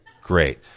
great